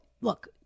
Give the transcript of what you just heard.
look